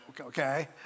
okay